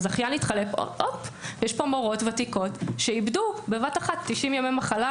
הזכיין התחלף והופ יש פה מורות ותיקות שאיבדו בבת אחת 90 ימי מחלה,